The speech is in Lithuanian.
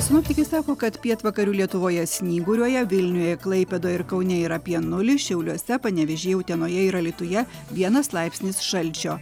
sinoptikai sako kad pietvakarių lietuvoje snyguriuoja vilniuje klaipėdoje ir kaune yra apie nulį šiauliuose panevėžyje utenoje ir alytuje vienas laipsnis šalčio